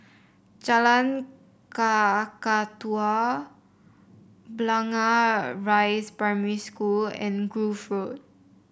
Jalan Kakatua Blangah Rise Primary School and Grove Road